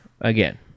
again